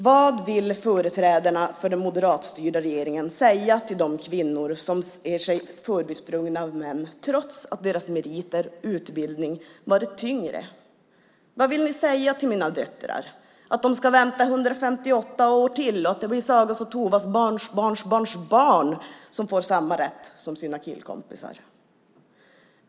Vad vill företrädarna för den moderatstyrda regeringen säga till de kvinnor som ser sig förbisprungna av män trots att deras meriter och utbildning vägt tyngre? Vad vill ni säga till mina döttrar? Att de ska vänta i 158 år till och att det blir Sagas och Tovas barnbarns barnbarn som får samma rätt som sina killkompisar?